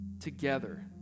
together